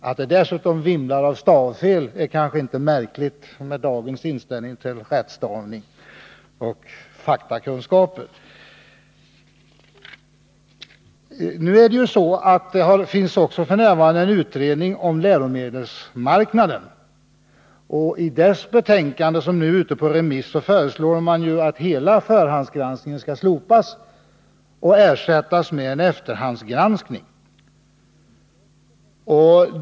Att det dessutom vimlar av stavfel är kanske inte märkligt med tanke på dagens inställning till rättstavning och faktakunskaper. Nu har vi en utredning om läromedelsmarknaden, och i dess betänkande, som nu är ute på remiss, föreslås att hela förhandsgranskningen skall slopas och ersättas med en efterhandsgranskning.